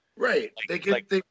Right